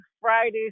Friday